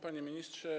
Panie Ministrze!